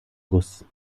guss